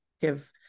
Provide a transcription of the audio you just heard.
give